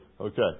Okay